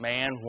Man